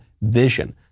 vision